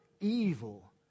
evil